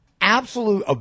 absolute